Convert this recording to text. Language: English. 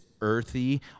earthy